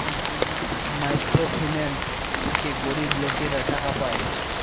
micro finance থেকে গরিব লোকেরা টাকা পায়